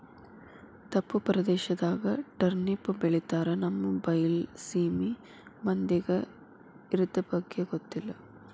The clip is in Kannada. ತಪ್ಪು ಪ್ರದೇಶದಾಗ ಟರ್ನಿಪ್ ಬೆಳಿತಾರ ನಮ್ಮ ಬೈಲಸೇಮಿ ಮಂದಿಗೆ ಇರ್ದಬಗ್ಗೆ ಗೊತ್ತಿಲ್ಲ